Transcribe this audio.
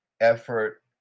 effort